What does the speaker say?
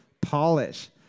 polish